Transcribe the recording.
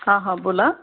हा हा बोला